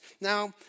Now